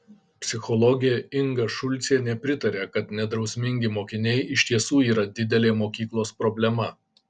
psichologė inga šulcienė pritaria kad nedrausmingi mokiniai iš tiesų yra didelė mokyklos problema